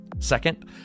Second